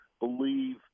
believe